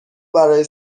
برای